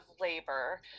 labor